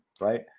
right